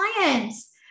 clients